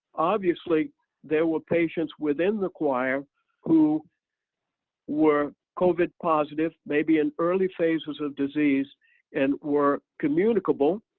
obviously there were patients within the choir who were covid positive maybe in early phases of disease and were communicable,